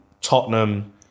Tottenham